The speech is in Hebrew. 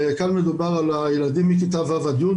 כאן מדובר על ילדים מכיתה ו' עד י',